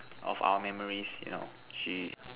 of our memories you know she